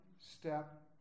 step